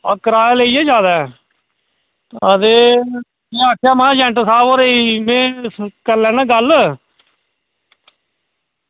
ओह् किराया लेई गेआ जादै ते में आक्खेआ में एजैंट साहब हुंदे कन्नै करी लैना आं गल्ल